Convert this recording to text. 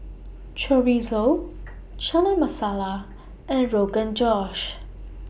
Chorizo Chana Masala and Rogan Josh